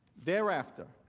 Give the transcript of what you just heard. thereafter,